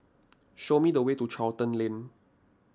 show me the way to Charlton Lane